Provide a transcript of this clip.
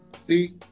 See